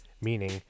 meaning